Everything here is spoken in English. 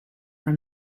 from